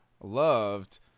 loved